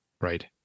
Right